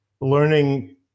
learning